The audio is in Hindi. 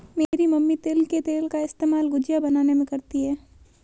मेरी मम्मी तिल के तेल का इस्तेमाल गुजिया बनाने में करती है